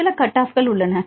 சில cut off உள்ளன